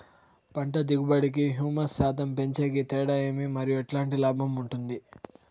పంట దిగుబడి కి, హ్యూమస్ శాతం పెంచేకి తేడా ఏమి? మరియు ఎట్లాంటి లాభం ఉంటుంది?